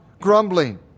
grumbling